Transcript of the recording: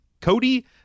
Cody